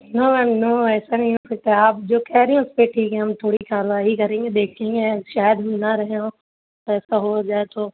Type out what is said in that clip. نو ma'am no ایسا نہیں ہو سکتا ہے آپ جو کہہ رہی ہیں اس پہ ٹھیک ہے ہم تھوڑی کاروائی کریں گے دیکھیں گے اے شاید ہم نہ رہے ہوں تو ایسا ہو جائے تو